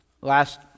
last